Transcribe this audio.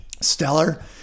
Stellar